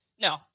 No